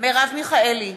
מרב מיכאלי,